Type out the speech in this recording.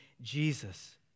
Jesus